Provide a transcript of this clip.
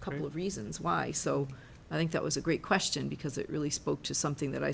couple of reasons why so i think that was a great question because it really spoke to something that i